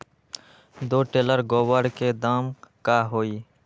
दो टेलर गोबर के दाम का होई?